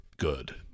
good